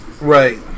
Right